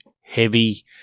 heavy